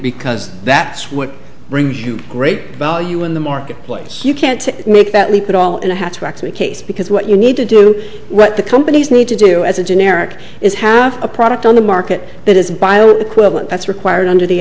because that's what brings you great value in the marketplace you can't make that leap at all and i have to actually case because what you need to do what the companies need to do as a generic is have a product on the market that is bioequivalent that's required under the